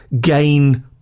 gain